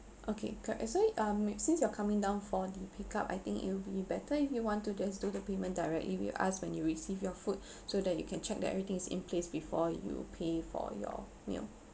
okay co~ actually um since you are coming down for the pick up I think it'll be better if you want to just do the payment directly we ask when you receive your food so that you can check that everything is in place before you pay for your meal